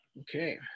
Okay